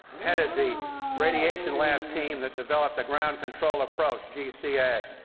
headed the radiation lab team that developed the ground control approach, gca,